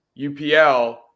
upl